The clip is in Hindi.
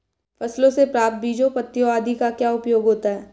फसलों से प्राप्त बीजों पत्तियों आदि का क्या उपयोग होता है?